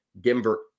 Denver